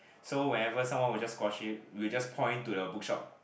so whenever someone were just squash it we just point to the bookshop